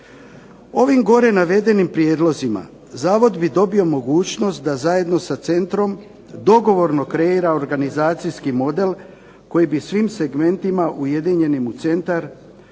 Ovim gore navedenim prijedlozima zavod bi dobio mogućnost da zajedno sa centrom dogovorno kreira organizacijski model koji bi svim segmentima ujedinjenim u centar